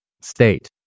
state